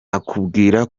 akubwira